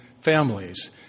families